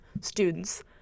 students